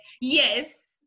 Yes